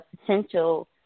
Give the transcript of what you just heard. potential